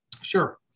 sure